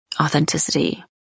authenticity